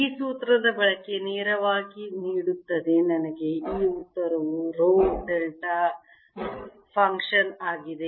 ಈ ಸೂತ್ರದ ಬಳಕೆ ನೇರವಾಗಿ ನೀಡುತ್ತದೆ ನನಗೆ ಈ ಉತ್ತರವು ರೋ ಡೆಲ್ಟಾ ಫಂಕ್ಷನ್ ಆಗಿದೆ